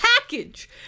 package